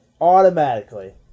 Automatically